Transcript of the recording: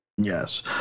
Yes